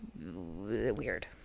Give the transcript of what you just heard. weird